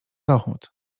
dochód